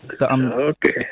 Okay